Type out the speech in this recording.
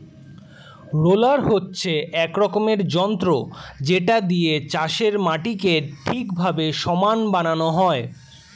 roller হচ্ছে এক রকমের যন্ত্র যেটা দিয়ে চাষের মাটিকে ঠিকভাবে সমান বানানো হয়